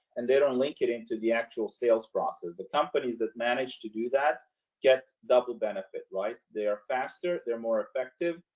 and they don't link it into the actual sales process, the companies have managed to do that get double benefit. like they're faster, they're more effective.